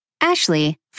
Ashley